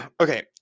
Okay